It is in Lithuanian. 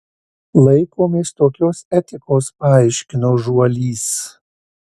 laikomės tokios etikos paaiškino žuolys